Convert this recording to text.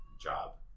job